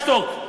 אתה שתוק.